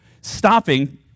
stopping